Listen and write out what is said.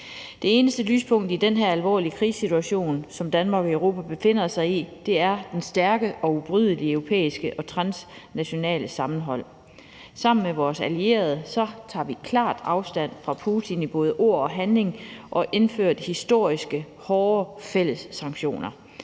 Det eneste lyspunkt i den her alvorlige krigssituation, som Danmark og Europa befinder sig i, er det stærke og ubrydelige europæiske og transnationale sammenhold. Sammen med vores allierede tager vi klart afstand fra Putin i både ord og handling og har indført historisk hårde fælles sanktioner.